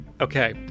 Okay